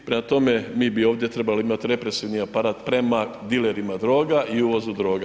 Prema tome, mi bi ovdje trebali imati represivni aparat prema dilerima droga i uvozu droga.